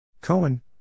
Cohen